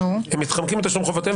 הם מתחמקים מתשלום חובותיהם,